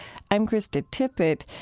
i'm krista tippett.